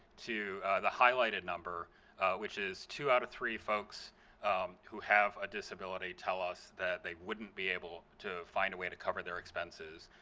to the highlighted number which is two out of three folks who have a disability tell us that they wouldn't be able to find a way to cover their expenses